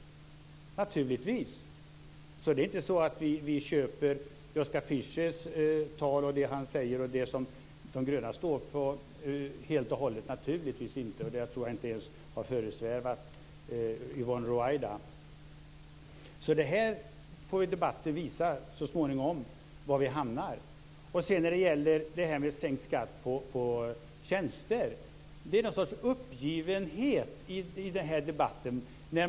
Det kan vi naturligtvis göra. Vi köper alltså inte Joschka Fischers tal och det som de gröna står för helt och hållet - naturligtvis inte. Det tror jag inte heller ens har föresvävat Yvonne Ruwaida. Debatten får så småningom visa var vi hamnar. När det gäller sänkt skatt på tjänster så finns det någon sorts uppgivenhet i debatten.